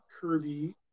Kirby